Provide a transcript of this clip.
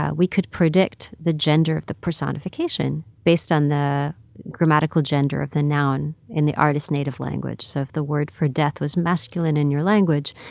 ah we could predict the gender of the personification based on the grammatical gender of the noun in the artist's native language. so if the word for death was masculine in your language,